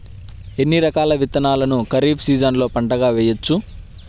ఎన్ని రకాల విత్తనాలను ఖరీఫ్ సీజన్లో పంటగా వేయచ్చు?